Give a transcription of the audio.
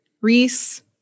Reese